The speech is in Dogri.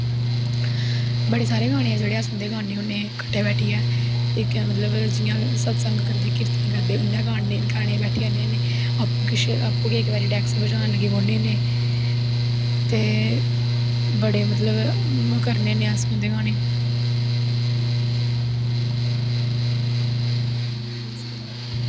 बड़े सारे गाने ऐं जेह्ड़े अस उंदे गान्ने होने कट्ठे बैठियै इकजिया मतलव सतसंग करदे कीर्तन करदे उआं गाने बैठी जन्ने होने अपूं गै किश डैक्स बज़ान लगी पौन्ने होने ते बड़े मतलव ओह् करने होने अस उंदे गाने